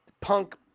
punk